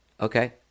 Okay